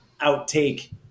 outtake